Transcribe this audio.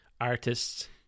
artists